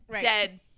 dead